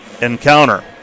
encounter